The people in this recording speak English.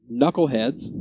knuckleheads